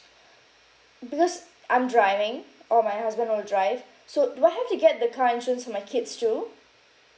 because I'm driving or my husband will drive so do I have to get the car insurance for my kids too